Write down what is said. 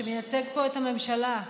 שמייצג פה את הממשלה,